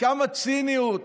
וכמה ציניות